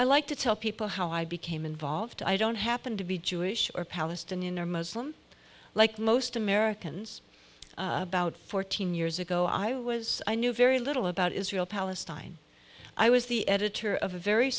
i like to tell people how i became involved i don't happen to be jewish or palestinian or muslim like most americans about fourteen years ago i was i knew very little about israel palestine i was the editor of a very